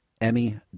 Emmy